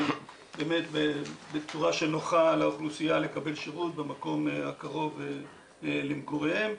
באמת בצורה שנוחה לאוכלוסייה לקבל שירות במקום הקרוב למגוריהם.